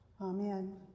Amen